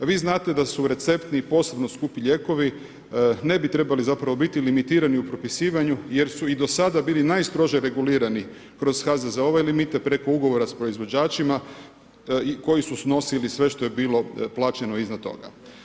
Vi znate da su receptni posebno skupi lijekovi, ne bi trebali zapravo biti limitirani u propisivanju jer su i do sada bili najstrože regulirani kroz HZZO-ove limite, preko ugovora sa proizvođačima koji su snosili sve što je bilo plaćeno iznad toga.